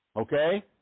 Okay